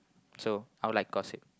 so I would like gossip